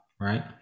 right